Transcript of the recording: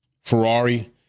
Ferrari